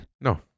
No